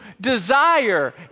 desire